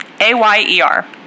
A-Y-E-R